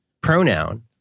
pronoun